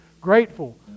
Grateful